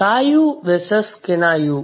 Kayu versus Kinayu